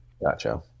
gotcha